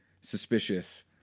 suspicious